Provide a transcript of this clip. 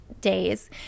days